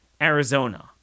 Arizona